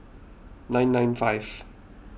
nine nine five